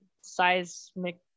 seismic